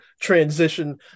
transition